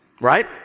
right